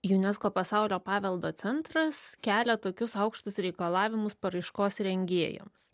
unesco pasaulio paveldo centras kelia tokius aukštus reikalavimus paraiškos rengėjams